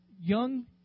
young